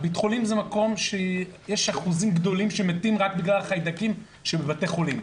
יש רבים שמתים רק בגלל החיידקים שבבתי החולים.